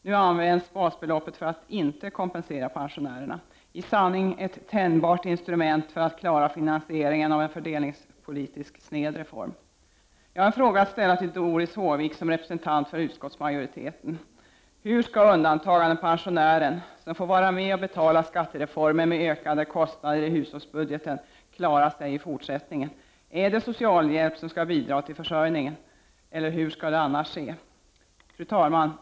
Nu används basbeloppet för att inte kompensera pensionärerna — i sanning ett tänjbart instrument för att klara finansieringen av en fördelningspolitiskt sned reform. Jag har en fråga att ställa till Doris Håvik som representant för utskottsmajoriteten: Hur skall undantagandepensionären som får vara med om att betala skattereformen med ökade kostnader i hushållsbudgeten klara sig i fortsättningen? Är det socialhjälp som skall bidra till försörjningen, eller hur skall det annars ske? Fru talman!